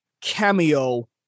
cameo